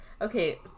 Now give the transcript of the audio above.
okay